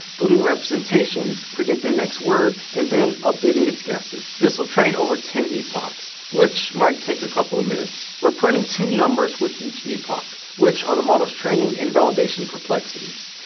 building representations, predicting the next word, and then updating its guesses. this will train over ten epochs, which might take a couple minutes. we're printing two numbers with each epoch, which are the model's training and validation perplexities.